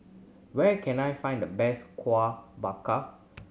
where can I find the best Kueh Dadar